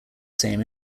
same